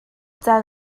caan